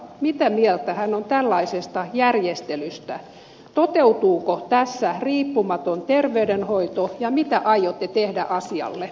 mitä mieltä te olette tällaisesta järjestelystä toteutuuko tässä riippumaton terveydenhoito ja mitä aiotte tehdä asialle